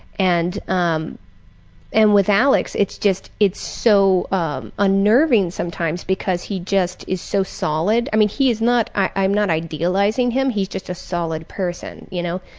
and um and with alex it's just it's so um unnerving sometimes because he just is so solid. i mean he is not i'm not idealizing him, he's just a solid person, you know,